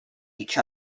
each